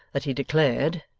that he declared,